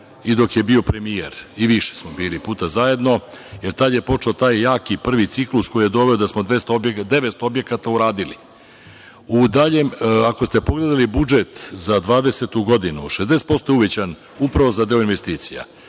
i dok je bio premijer. Više smo puta bili zajedno jer tada je počeo taj jaki prvi ciklus koji je doveo da smo 900 objekata uradili. Ako ste pogledali budžet za 2020. godinu 60% je uvećan upravo za deo investicija.